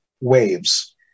waves